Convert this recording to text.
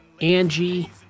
Angie